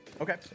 Okay